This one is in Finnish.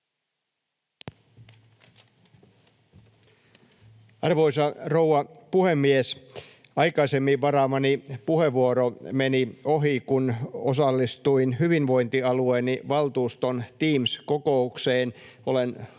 Arvoisa rouva puhemies! Aikaisemmin varaamani puheenvuoro meni ohi, kun osallistuin hyvinvointialueeni valtuuston Teams-kokoukseen. Olen Varsinais-Suomen